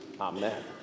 Amen